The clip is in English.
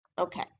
Okay